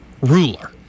ruler